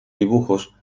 dibujos